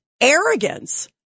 arrogance